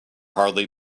hardly